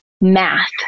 math